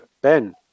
Ben